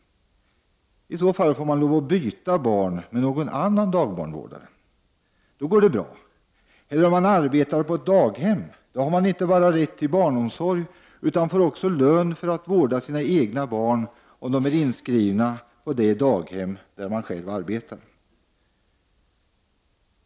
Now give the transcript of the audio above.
I så fall får man lov att byta barn med någon annan dagbarnvårdare. Då går det bra. Om man arbetar på ett daghem har man inte bara rätt till barnomsorg utan får också lön för att vårda sina egna barn om de är inskrivna på det daghem där man arbetar.